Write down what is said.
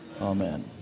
amen